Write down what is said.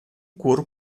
coro